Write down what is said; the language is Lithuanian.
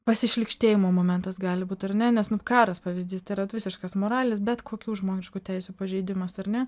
pasišlykštėjimo momentas gali būt ar ne nes karas pavyzdys tai yrat visiškas moralės bet kokių žmogiškų teisių pažeidimas ar ne